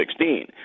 2016